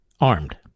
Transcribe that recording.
armed